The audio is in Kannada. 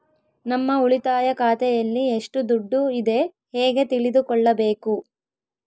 ನಮ್ಮ ಉಳಿತಾಯ ಖಾತೆಯಲ್ಲಿ ಎಷ್ಟು ದುಡ್ಡು ಇದೆ ಹೇಗೆ ತಿಳಿದುಕೊಳ್ಳಬೇಕು?